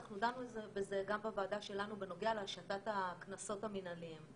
אנחנו דנו בזה גם בוועדה שלנו בנוגע להשתת הקנסות המנהליים.